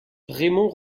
raymond